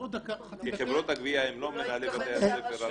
כי חברות הגביה הן לא מנהלי בתי הספר.